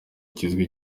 kizwi